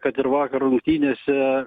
kad ir vakar rungtynėse